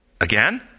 again